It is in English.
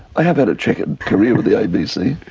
i have had a chequered career with the abc.